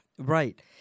Right